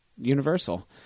universal